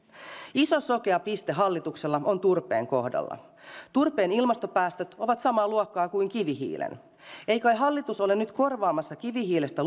iso sokea piste hallituksella on turpeen kohdalla turpeen ilmastopäästöt ovat samaa luokkaa kuin kivihiilen ei kai hallitus ole nyt korvaamassa kivihiilestä